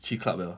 去 club liao